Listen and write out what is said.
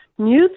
New